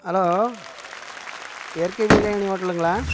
hello இயற்கை பிரியாணி ஹோட்டலுங்களா